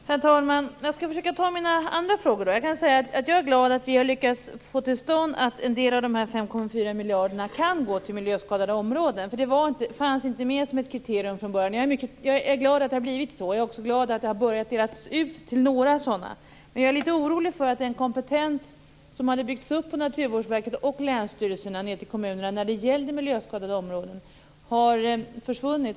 Herr talman! Jag skall försöka att ta mina andra frågor. Först vill jag bara säga att jag är glad att vi har lyckats få till stånd att en del av de 5,4 miljarderna kan gå till miljöskadade områden. Det fanns nämligen inte med som ett kriterium från början. Jag är glad att det har blivit så, och jag är också glad att pengarna har börjat delas ut till några sådana områden. Jag är dock litet orolig för att den kompetens som hade byggts upp på Naturvårdsverket och länsstyrelserna ned till kommunerna när det gäller miljöskadade områden har försvunnit.